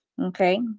Okay